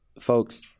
Folks